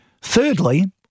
Thirdly